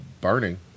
burning